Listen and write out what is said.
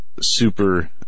super